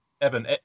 Evan